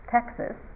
Texas